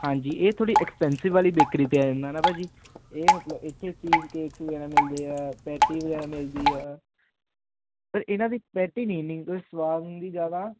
ਹਾਂਜੀ ਇਹ ਥੋੜੀ ਐਕਸਪੈਂਸਿਵ ਵਾਲੀ ਬੇਕਰੀ ਤੇ ਆ ਜਾਂਦਾ ਨਾ ਭਾਅ ਜੀ ਇਹ ਮਤਲਬ ਇਥੇ ਸੀ